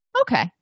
Okay